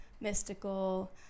mystical